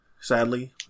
sadly